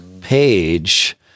page